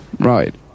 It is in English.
Right